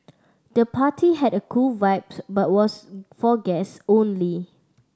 the party had a cool vibe but was for guests only